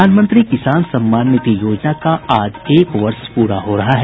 प्रधानमंत्री किसान सम्मान निधि योजना का आज एक वर्ष पूरा हो रहा है